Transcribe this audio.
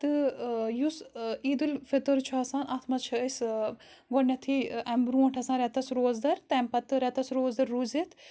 تہٕ یُس عیٖد الفِطر چھُ آسان اَتھ منٛز چھِ ٲسۍ گۄڈنؠتھٕے اَمہِ برٛونٛٹھ آسان رؠتَس روزدَر تَمہِ پَتہٕ رؠتَس روزدَر روٗزِتھ